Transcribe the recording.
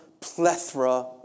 plethora